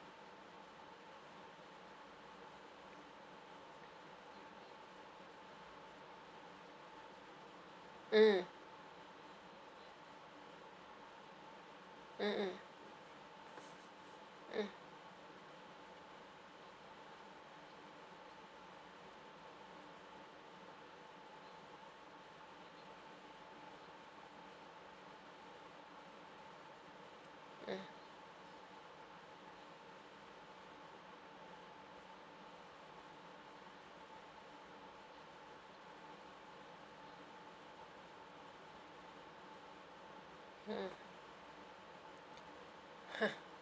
mm mm mm mm mm mm